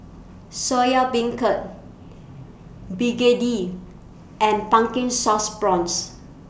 Soya Beancurd Begedil and Pumpkin Sauce Prawns